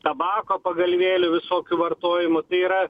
tabako pagalvėlių visokių vartojimo tai yra